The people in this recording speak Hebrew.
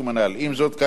כמו היום,